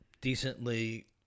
decently